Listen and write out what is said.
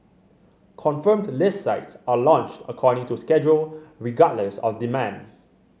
confirmed list sites are launched according to schedule regardless of demand